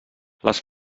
les